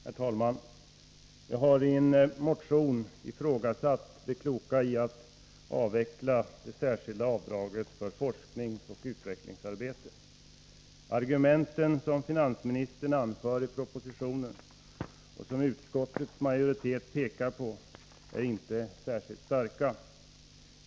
Herr talman! Jag har i en motion ifrågasatt det kloka i att avveckla det särskilda avdraget för forskningsoch utvecklingsarbete. De argument som finansministern anför i propositionen och som utskottets majoritet pekar på är inte särskilt starka.